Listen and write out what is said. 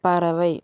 பறவை